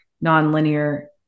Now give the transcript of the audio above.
non-linear